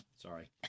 Sorry